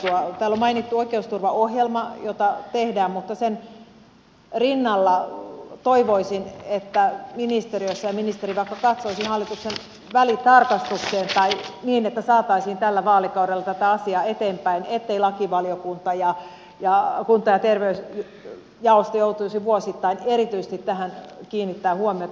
täällä on mainittu oikeusturvaohjelma jota tehdään mutta toivoisin että sen rinnalla ministeriössä ministeri vaikka katsoisi hallituksen välitarkastukseen niin että saataisiin tällä vaalikaudella tätä asiaa eteenpäin etteivät lakivaliokunta ja kunta ja terveysjaosto joutuisi vuosittain erityisesti tähän kiinnittämään huomiota